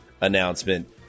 announcement